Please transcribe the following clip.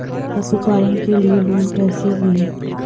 पशुपालन के लिए लोन कैसे लें?